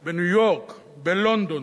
של תאונות, בניו-יורק, בלונדון,